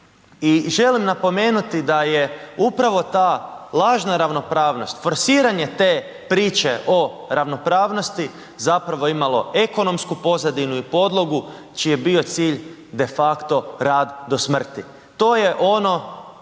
i želim napomenuti da je upravo ta lažna ravnopravnost, forsiranje te priče o ravnopravnosti zapravo imalo ekonomsku pozadinu i podlogu, čiji je bio cilj de facto rad do smrti. To je ono